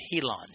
Helon